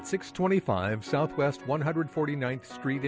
at six twenty five south west one hundred forty ninth street